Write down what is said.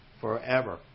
forever